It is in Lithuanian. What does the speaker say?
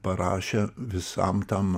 parašė visam tam